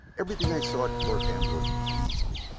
everything i saw at thorpe ambrose pleased me,